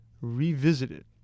Revisited